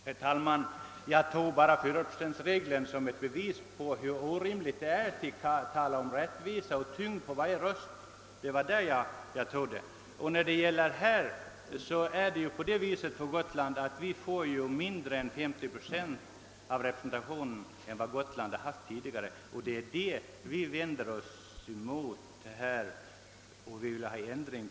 Herr talman! Jag tog bara upp fyraprocentsregeln för att visa hur orimligt det är att tala om rättvisa och om att varje röst skall väga lika. Gotland får nu mindre än 50 procent av den representation som Gotland tidigare har haft, och det är det vi vänder oss mot och vill ha ändrat.